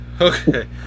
Okay